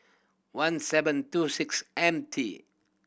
one seven two six M T